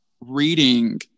reading